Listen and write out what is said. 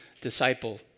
disciple